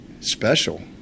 special